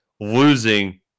losing